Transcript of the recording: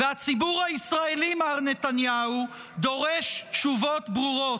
והציבור הישראלי, מר נתניהו, דורש תשובות ברורות.